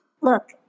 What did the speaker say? Look